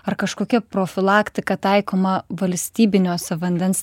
ar kažkokia profilaktika taikoma valstybiniuose vandens